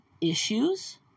issues